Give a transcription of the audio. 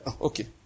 Okay